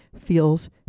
feels